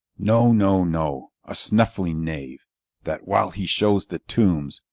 no, no, no, a snuffling knave that, while he shows the tombs,